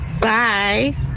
bye